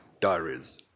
Diaries